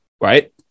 right